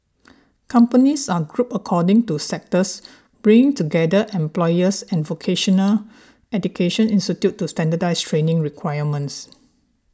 companies are grouped according to sectors bringing together employers and vocational education institutes to standardise training requirements